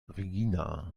regina